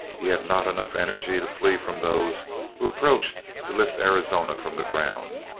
he had not enough energy to flee from those who approached to lift arizona from the ground.